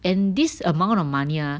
and this amount of money ah